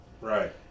Right